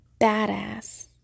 badass